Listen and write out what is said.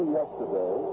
yesterday